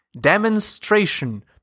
Demonstration